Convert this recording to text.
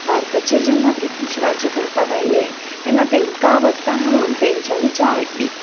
भारताचेर जेन्ना ब्रिटीश राज करपाक आयले तेन्ना तेंकां आवडटा म्हणून तेंच्यांनी च्या हाडली